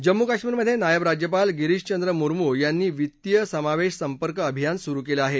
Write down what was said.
जम्मू कश्मीरमधे नायब राज्यपाल गिरीषचंद्र मुर्मू यांनी वित्तीय समावेश संपर्क अभियान सुरू केलं आहे